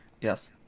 yes